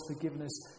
forgiveness